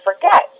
forget